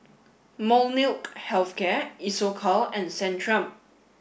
Molnylcke health care Isocal and Centrum